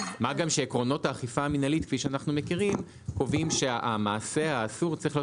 מה גם שעקרונות האכיפה המינהלית קובעים שהמעשה האסור צריך להיות